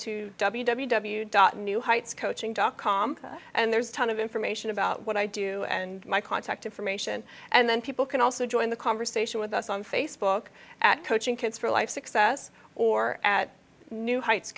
to new heights coaching dot com and there's a ton of information about what i do and my contact information and then people can also join the conversation with us on facebook at coaching kids for life success or at new heights